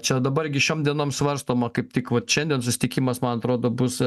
čia dabar gi šiom dienom svarstoma kaip tik vat šiandien susitikimas man atrodo bus